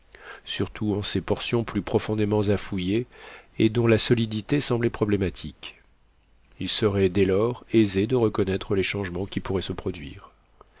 surtout en ces portions plus profondément affouillées et dont la solidité semblait problématique il serait dès lors aisé de reconnaître les changements qui pourraient se produire